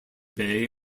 bay